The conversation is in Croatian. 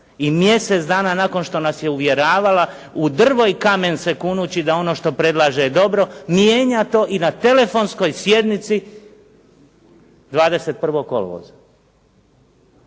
I mjesec dana nakon što nas je uvjeravala u drvo i kamen se kunući, da ono što predlaže je dobro, mijenja to i na telefonskoj sjednici 21. kolovoza.